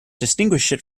distinguished